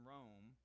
Rome